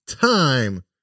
time